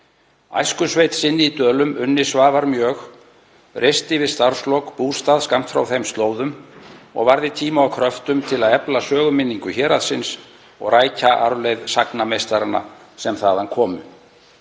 Æskusveit sinni í Dölum unni Svavar mjög, reisti við starfslok bústað skammt frá þeim slóðum og varði tíma og kröftum til að efla söguminningu héraðsins og rækja arfleifð sagnameistaranna sem þaðan komu.